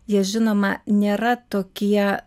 jie žinoma nėra tokie